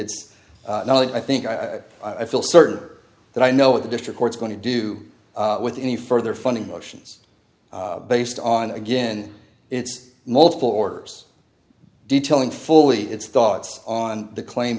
it's i think i i feel certain that i know what the district court's going to do with any further funding motions based on again it's multiple orders detailing fully its thoughts on the claim